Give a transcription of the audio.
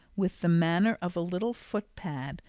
with the manner of a little footpad,